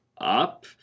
up